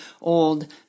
old